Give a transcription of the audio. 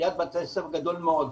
ליד בתי הספר גדול מאוד.